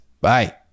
bye